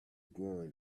growing